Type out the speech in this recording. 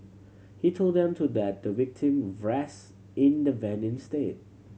he told them to let the victim rest in the van instead